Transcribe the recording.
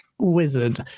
wizard